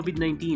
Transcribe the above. COVID-19